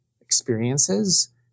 experiences